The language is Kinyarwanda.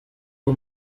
uwo